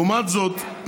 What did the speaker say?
לעומת זאת,